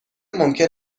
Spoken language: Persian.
ممکن